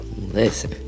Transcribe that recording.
Listen